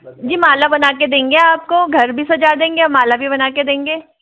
जी माला बना के देंगे आपको घर भी सजा देंगे माला भी बना के देंगे